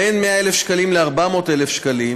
בין 100,000 שקלים ל-400,000 שקלים